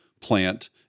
plant